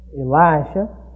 Elisha